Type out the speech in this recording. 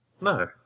No